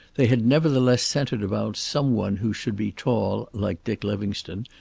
they had nevertheless centered about some one who should be tall, like dick livingstone,